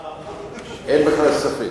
אין בכלל ספק.